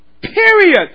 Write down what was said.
Period